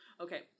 Okay